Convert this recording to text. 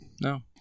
No